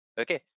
okay